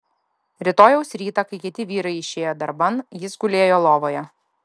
rytojaus rytą kai kiti vyrai išėjo darban jis gulėjo lovoje